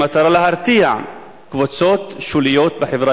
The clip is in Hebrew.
במטרה להרתיע קבוצות שוליות בחברה